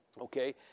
Okay